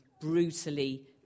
brutally